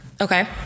Okay